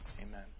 Amen